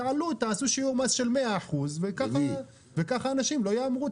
תעלו ותעשו שיעור מס של 100%, וכך אנשים לא יהמרו.